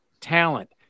talent